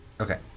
Okay